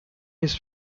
his